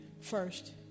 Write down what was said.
first